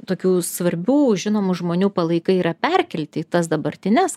tokių svarbių žinomų žmonių palaikai yra perkelti į tas dabartines